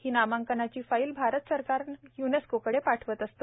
ही नामांकनाची फाईल भारत सरकार यूनेस्कोकडे पाठविते